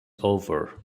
over